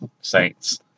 Saints